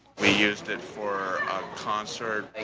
we used it for concert.